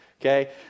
Okay